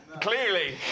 Clearly